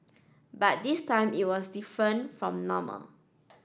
but this time it was different from normal